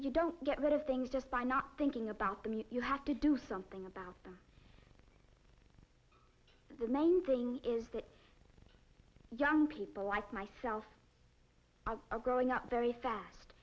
you don't get rid of things just by not thinking about them you have to do something about them the main thing is that young people like myself are growing up very fast